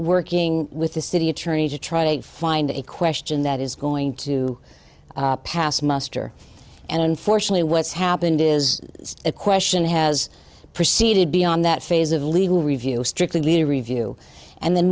working with the city attorney to try to find a question that is going to pass muster and unfortunately what's happened is a question has proceeded beyond that phase of legal review strictly review and then